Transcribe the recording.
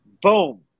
boom